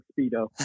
speedo